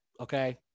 Okay